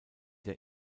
der